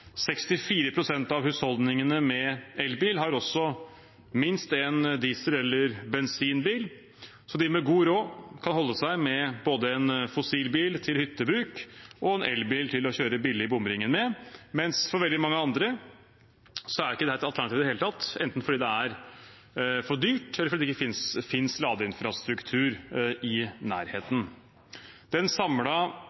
av husholdningene med elbil har også minst én diesel- eller bensinbil. De med god råd kan holde seg med både en fossilbil til hyttebruk og en elbil til å kjøre billig i bomringen med, mens for veldig mange andre er ikke det et alternativ i det hele tatt, enten fordi det er for dyrt, eller fordi det ikke finnes ladeinfrastruktur i nærheten.